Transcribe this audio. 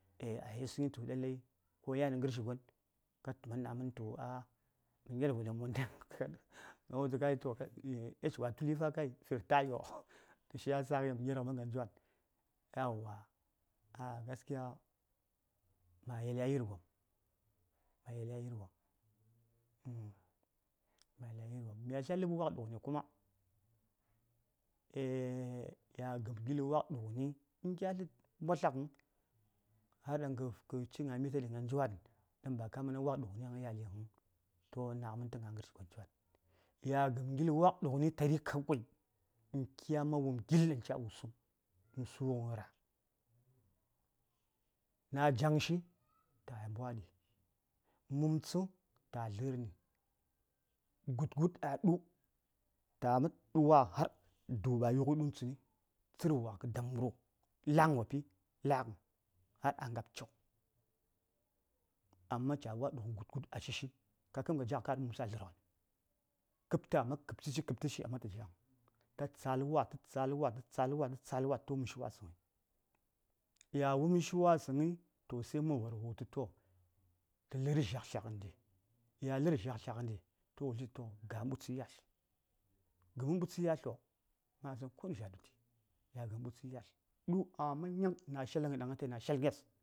﻿Eah a yisə́ŋyi tu lalai koyan nə ghəshigon mə nger vonen monda ka a wultu kai age wa a tuli kai fi retireoh to shiya s dan mə nger ghə mən gna djwan ah gaskiya ma yeli a yer wopm ma yeli a yir wopm ma yeli mya tli a ləb wak ɗughən kuma eah ya gəm ngil wak ɗughəni kya tlə matlakghən kə ci gna mita gna djwan ɗan ba kə kə man a wak ɗughəni həŋ toh wo naghəmən tə gna ghərwon gna djwan ya gəm ngil wakɗughəni tari kawai uhn kya man wum ngili ɗaŋ ca man wusuŋ nə ghən sughən ra: na: jaŋshi ta mbwaɗi mumtsə ta dlərni, gud gud ɗu taman ɗu wa har du:b a yukghəi ɗuni tsəni tsərwa kə damru la:ŋ wopi la:ŋ har a ngab cogn amma ca wa ɗaŋ gud gud a shishi ka kəm kə ja karəŋ mumtsə a dlərghən kəbtə a man kəbtəshi amma ta kəm ta ja:ŋ ta tsal wa tə tsal wa tə tsal wa ya wumshi wasəŋyi to mənvar wo wultu tə lər dzha ɗi ya lər dzhak tlyaghən ɗi to wo wulshi tu ga:n ɓutsui yatl gəmən ɓutsui yatlo ma yisəŋ konu dzha a ɗuti ya gəm ɓutsui du: a man nyaŋ na shallaŋ ɗaŋ atayi na shalnyes